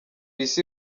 isi